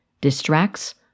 distracts